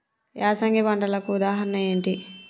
యాసంగి పంటలకు ఉదాహరణ ఏంటి?